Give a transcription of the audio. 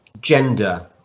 gender